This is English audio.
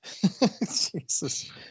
Jesus